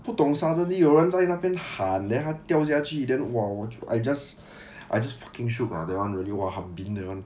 不懂 suddenly 有人在那边喊 then 他掉下去 then !wah! I just I just fucking shook ah that one really !wah! ham bin that one